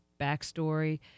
backstory